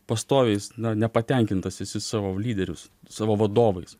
pastoviais na nepatenkintas esi savo lyderius savo vadovais